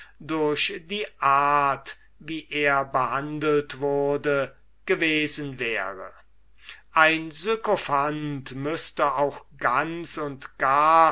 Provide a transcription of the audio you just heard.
durch die art wie er behandelt wurde gewesen wäre ein sykophant müßte nur ganz und gar